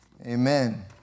amen